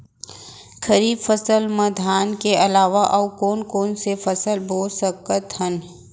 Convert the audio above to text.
खरीफ फसल मा धान के अलावा अऊ कोन कोन से फसल बो सकत हन?